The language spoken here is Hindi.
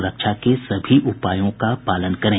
सुरक्षा के सभी उपायों का पालन करें